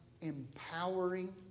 empowering